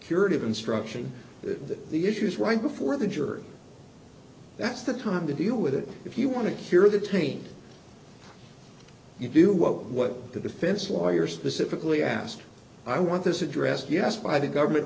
curative instruction that the issues right before the jury that's the time to deal with it if you want to cure the taint you do what what the defense lawyer specifically asked i want this addressed yes by the government